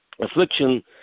affliction